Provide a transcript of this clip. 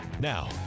Now